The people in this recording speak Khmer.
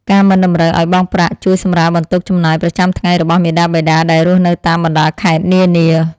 ការមិនតម្រូវឱ្យបង់ប្រាក់ជួយសម្រាលបន្ទុកចំណាយប្រចាំថ្ងៃរបស់មាតាបិតាដែលរស់នៅតាមបណ្តាខេត្តនានា។